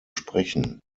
sprechen